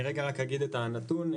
אני אתן את הנתון.